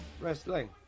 wrestling